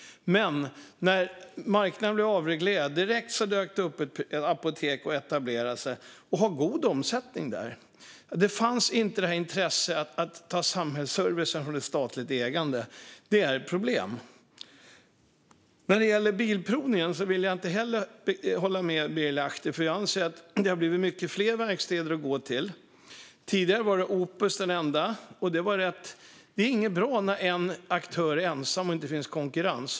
Men när marknaden blev avreglerad dök det direkt upp ett apotek som etablerade sig där och som har god omsättning där. Från det statligt ägda fanns det inte intresse av att ge samhällsservicen. Det är ett problem. När det gäller Bilprovningen vill jag inte heller hålla med Birger Lahti, för jag anser att det har blivit många fler verkstäder att gå till. Tidigare var Opus den enda, och det är inte bra när en aktör är ensam och det inte finns konkurrens.